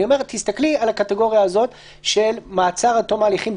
תסתכלי על הקטגוריה הזאת של מעצר עד תום ההליכים,